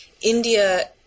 India